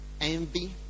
Envy